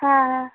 हाँ हाँ